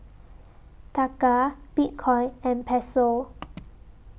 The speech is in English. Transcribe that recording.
Taka Bitcoin and Peso